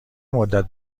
مدّت